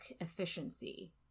efficiency